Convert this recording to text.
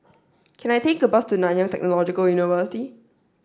can I take a bus to Nanyang Technological University